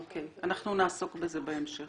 אנחנו נעסוק בזה בהמשך.